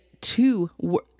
two